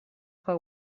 как